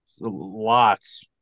Lots